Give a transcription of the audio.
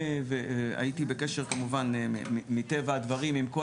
הייתי בקשר כמובן מטבע הדברים עם כל